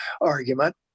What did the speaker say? argument